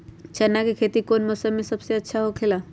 चाना के खेती कौन मौसम में सबसे अच्छा होखेला?